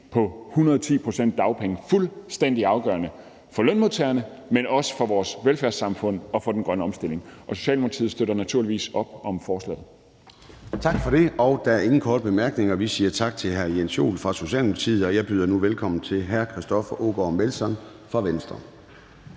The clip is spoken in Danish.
på 110 pct. dagpenge fuldstændig afgørende for lønmodtagerne, men også for vores velfærdssamfund og for den grønne omstilling. Socialdemokratiet støtter naturligvis op om forslaget. Kl. 11:27 Formanden (Søren Gade): Tak for det. Der er ingen korte bemærkninger. Vi siger tak til hr. Jens Joel fra Socialdemokratiet, og jeg byder nu velkommen til hr. Christoffer Aagaard Melson fra Venstre.